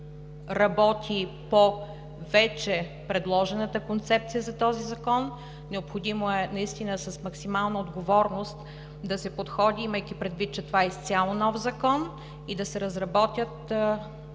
работи по вече предложената концепция за този закон. Необходимо е наистина с максимална отговорност да се подходи, имайки предвид, че това е изцяло нов закон и да се разработят